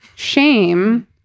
Shame